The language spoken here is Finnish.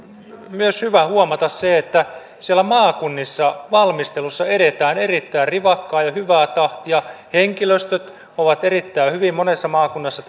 myös hyvä huomata se että siellä maakunnissa valmistelussa edetään erittäin rivakkaa ja hyvää tahtia henkilöstöt ovat erittäin hyvin monessa maakunnassa